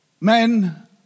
Men